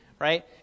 right